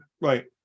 right